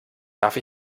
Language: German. darf